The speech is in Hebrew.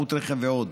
שמאות רכב ועוד.